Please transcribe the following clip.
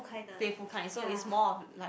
playful kind so it's more of like